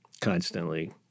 Constantly